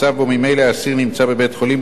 מצב שבו ממילא האסיר נמצא בבית-חולים,